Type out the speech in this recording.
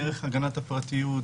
דרך הגנת הפרטיות,